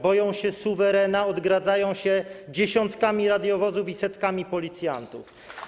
Boją się suwerena, odgradzają się dziesiątkami radiowozów i setkami policjantów.